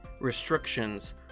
restrictions